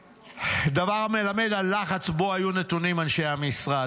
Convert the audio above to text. דבר המלמד על לחץ שבו היו נתונים אנשי המשרד.